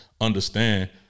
understand